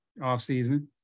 offseason